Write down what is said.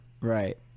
Right